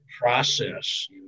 Process